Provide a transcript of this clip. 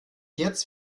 jetzt